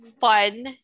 fun